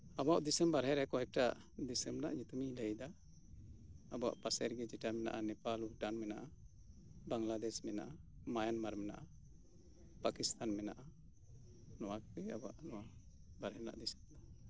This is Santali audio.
ᱟᱵᱚᱣᱟᱜ ᱫᱤᱥᱚᱢ ᱵᱟᱨᱦᱮ ᱨᱮ ᱠᱚᱭᱮᱠᱴᱟ ᱫᱤᱥᱚᱢ ᱨᱮᱱᱟᱜ ᱧᱩᱛᱩᱢᱤᱧ ᱞᱟᱹᱭ ᱮᱫᱟ ᱟᱵᱚᱣᱟᱜ ᱯᱟᱥᱮ ᱨᱮᱜᱮ ᱡᱮᱴᱟ ᱢᱮᱱᱟᱜᱼᱟ ᱱᱮᱯᱟᱞ ᱵᱷᱴᱟᱱ ᱢᱮᱱᱟᱜᱼᱟ ᱵᱟᱝᱞᱟᱫᱮᱥ ᱢᱮᱱᱟᱜᱼᱟ ᱢᱟᱭᱟᱱ ᱢᱟᱨ ᱢᱮᱱᱟᱜᱼᱟ ᱯᱟᱠᱤᱥᱛᱟᱱ ᱢᱮᱱᱟᱜᱼᱟ ᱱᱚᱶᱟ ᱠᱚᱜᱮ ᱟᱵᱚᱣᱟᱜ ᱫᱚ ᱵᱟᱨᱦᱮ ᱨᱮᱱᱟᱜ ᱫᱤᱥᱚᱢ ᱫᱚ